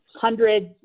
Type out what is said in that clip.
hundreds